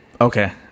Okay